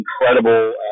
incredible